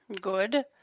Good